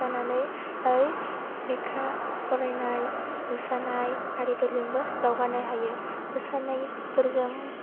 जानानै लेखा फरायनाय मोसानाय आरिफोरजोंबो दावगानो हायो मोसानायफोरजों